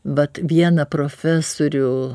vat vieną profesorių